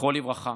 זכרו לברכה,